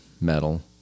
metal